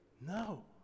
No